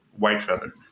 Whitefeather